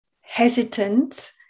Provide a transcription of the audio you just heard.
hesitant